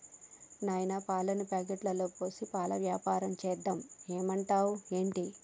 నాయనా పాలను ప్యాకెట్లలో పోసి పాల వ్యాపారం సేద్దాం ఏమంటావ్ ఏంటి